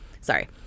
sorry